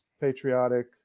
patriotic